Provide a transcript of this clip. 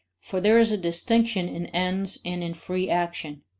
for there is a distinction in ends and in free action,